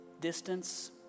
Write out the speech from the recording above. distance